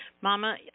Mama